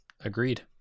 Agreed